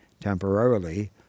temporarily